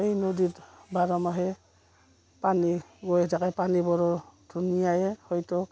এই নদীত বাৰ মাহেই পানী বৈ থাকে পানীবোৰো ধুনীয়াই হয়তো